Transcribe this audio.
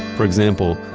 for example,